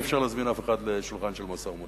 אי-אפשר להזמין אף אחד לשולחן של משא-ומתן.